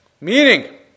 Meaning